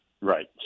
Right